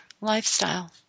lifestyle